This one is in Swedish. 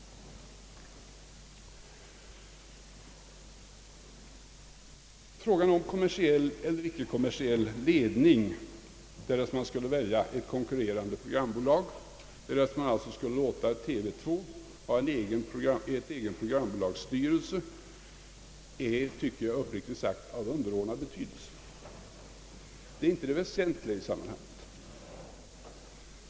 Frågan om kommersiell eller icke kommersiell ledning därest man skulle välja ett konkurrerande programbolag och alltså låta TV 2 ha en egen programbolagsstyrelse är — tycker jag uppriktigt sagt — av underordnad betydelse. Det är inte det väsentliga i sammanhanget.